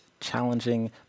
challenging